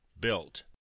built